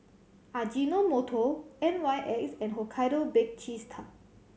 Ajinomoto N Y X and Hokkaido Bake Cheese Tart